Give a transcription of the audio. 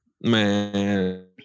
man